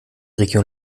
region